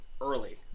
early